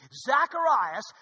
Zacharias